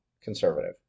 conservative